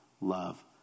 love